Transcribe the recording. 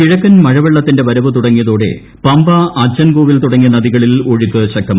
കിഴക്കൻ മഴ വെള്ളത്തിന്റ വരവ് തുടങ്ങിയതോടെ പമ്പ അച്ചൻകോവിൽ തുടങ്ങിയ നദികളിൽ ഒഴുക്ക് ശക്തമായി